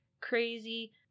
crazy